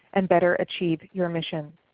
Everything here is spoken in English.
and better achieve your mission.